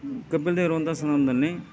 ಕಪಿಲ್ ದೇವ್ ಇರುವಂಥ ಸಂದರ್ಭದಲ್ಲಿ